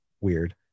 weird